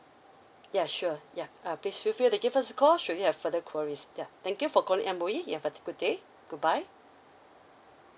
yeah sure yeah uh please feel feel to give us a call should you have further queries yeah thank you for calling M_O_E have a good day goodbye